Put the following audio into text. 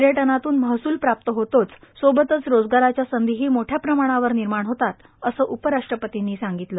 पर्यटनातून महसूल प्राप्त होतोच सोबतच रोजगाराच्या संधीही मोठ्या प्रमाणावर निर्माण होतात असं उपराष्ट्रपर्तींनी सांगितलं